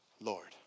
Lord